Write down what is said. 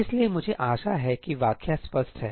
इसलिए मुझे आशा है कि व्याख्या स्पष्ट है